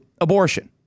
abortion